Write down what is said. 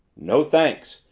no thanks,